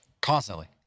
constantly